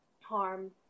harm